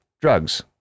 drugs